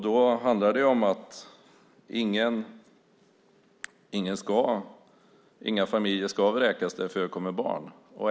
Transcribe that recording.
Det handlar om att inga familjer med barn ska vräkas.